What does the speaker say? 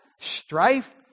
strife